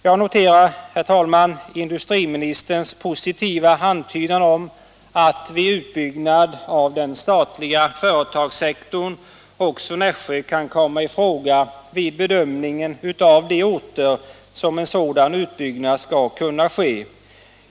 Jag noterar, herr talman, industriministerns positiva antydan om att vid utbyggnad av den statliga företagssektorn också Nässjö kan komma i fråga vid bedömningen av de orter i vilka en sådan utbyggnad skall kunna ske.